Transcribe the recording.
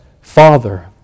Father